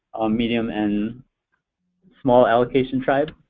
medium, and small allocation tribes.